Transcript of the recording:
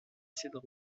cedro